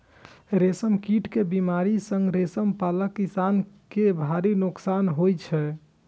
रेशम कीट के बीमारी सं रेशम पालक किसान कें भारी नोकसान होइ छै